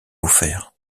offert